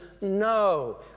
no